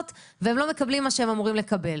והם לא מקבלים את מה שהם אמורים לקבל.